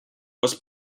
was